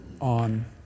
on